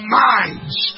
minds